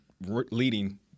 leading